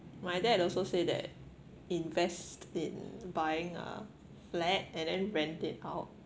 my dad also say that invest in buying a flat and then rent it out